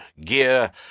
gear